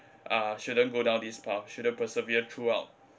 uh shouldn't go down this path shouldn't persevere throughout